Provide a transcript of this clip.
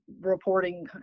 reporting